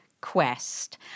quest